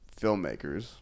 filmmakers